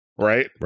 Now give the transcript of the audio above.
right